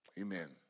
Amen